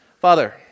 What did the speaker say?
Father